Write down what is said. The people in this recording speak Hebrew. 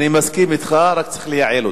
אני מסכים אתך, רק צריך לייעל אותם.